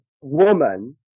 woman